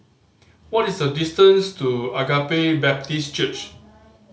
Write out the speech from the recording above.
what is the distance to Agape Baptist Church